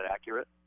accurate